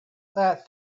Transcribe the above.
that